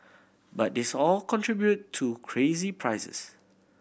but these all contribute to crazy prices